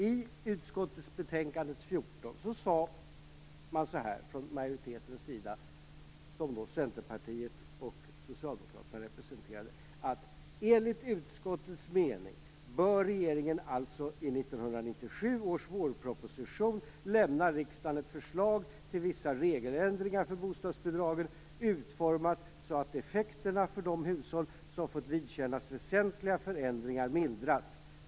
I utskottets betänkande nr 14 sade man från majoritetens sida - som Centerpartiet och Socialdemokraterna representerade - så här: Enligt utskottets mening bör regeringen alltså i 1997 års vårproposition lämna riksdagen ett förslag till vissa regeländringar för bostadsbidragen, utformat så att effekterna för de hushåll som fått vidkännas väsentliga förändringar mildras.